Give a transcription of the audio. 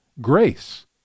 grace